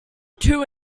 two